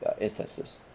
instances